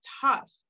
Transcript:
tough